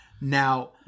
Now